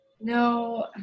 No